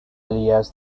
areas